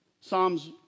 Psalms